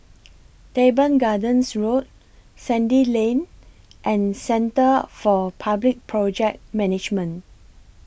Teban Gardens Road Sandy Lane and Centre For Public Project Management